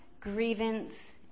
Grievance